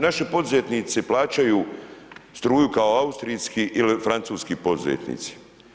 Naši poduzetnici plaćaju struju kao austrijski ili francuski poduzetnici.